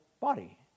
body